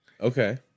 Okay